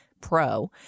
pro